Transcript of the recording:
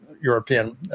European